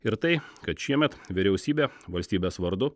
ir tai kad šiemet vyriausybė valstybės vardu